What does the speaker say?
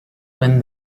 when